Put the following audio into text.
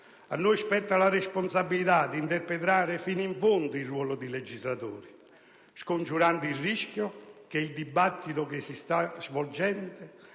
A noi spetta la responsabilità di interpretare fino in fondo il ruolo di legislatori, scongiurando il rischio che il dibattito che si sta svolgendo